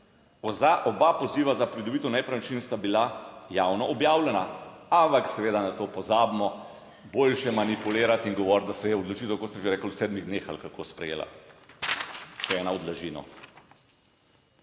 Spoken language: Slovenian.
Oba poziva za pridobitev nepremičnin sta bila javno objavljena, ampak seveda na to pozabimo. Boljše manipulirati in govoriti, da se je odločitev, kot ste že rekli, v sedmih dneh ali kako sprejela. Še ena od laži, no.